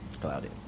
Cloudy